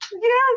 Yes